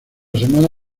semana